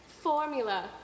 formula